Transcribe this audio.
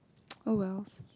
oh wells